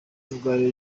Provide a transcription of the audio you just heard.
myugariro